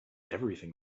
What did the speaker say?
everything